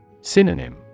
Synonym